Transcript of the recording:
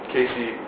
Casey